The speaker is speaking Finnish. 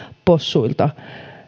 possuilta